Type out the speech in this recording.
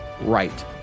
right